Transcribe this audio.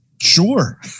Sure